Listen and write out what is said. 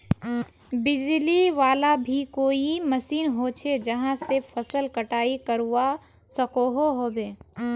बिजली वाला भी कोई मशीन होचे जहा से फसल कटाई करवा सकोहो होबे?